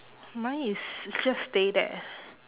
mine is is just stay there